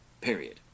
Period